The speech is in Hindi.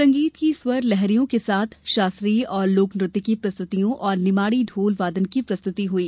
संगीत की स्वर लहरियों के साथ शास्त्रीय और लोक नृत्य की प्रस्तुतियों और निमाड़ी ढोल वादन की प्रस्तुति हुई